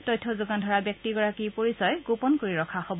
তথ্য যোগান ধৰা ব্যক্তিগৰাকীৰ পৰিচয় গোপন কৰি ৰখা হব